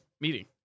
meeting